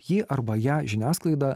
jį arba ją žiniasklaida